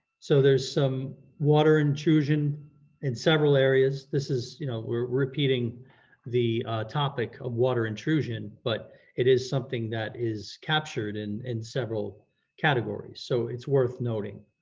so there's some water intrusion in several areas, this is you know we're repeating the topic of water intrusion but it is something that is captured in and several categories so it's worth noting,